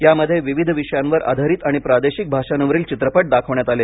यामध्ये विविध विषयांवर आधारित आणि प्रादेशिक भाषांवरील चित्रपट दाखविण्यात आले